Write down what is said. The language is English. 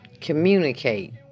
Communicate